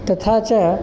तथा च